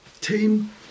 Team